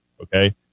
okay